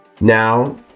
Now